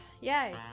Yay